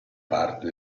parte